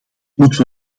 moeten